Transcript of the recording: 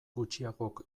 gutxiagok